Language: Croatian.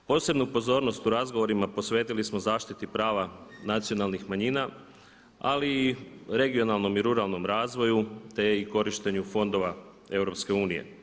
Posebnu pozornost u razgovorima posvetili smo zaštiti prava nacionalnih manjina ali i regionalnom i ruralnom razvoju te i korištenju fondova EU.